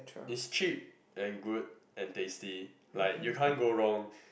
is cheap and good and tasty like you can't go wrong